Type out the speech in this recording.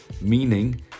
Meaning